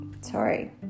sorry